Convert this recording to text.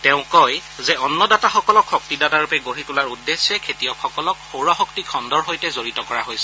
তেওঁ কয় যে অন্নদাতাসকলক শক্তিদাতাৰূপে গঢ়ি তোলাৰ উদ্দেশ্যে খেতিয়কসকলক সৌৰশক্তি খণ্ডৰ সৈতে জড়িত কৰা হৈছে